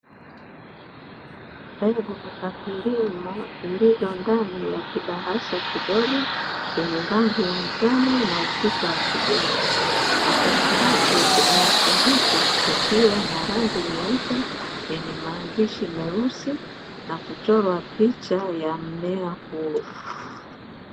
Mbegu za kilimo zilizo ndani ya kibahasha kidogo chenye rangi ya njano na ufito wa kijani. Katikati ya kibahasha hicho kukiwa na rangi nyeupe yenye maandishi meusi na kuchorwa picha ya mmea huo.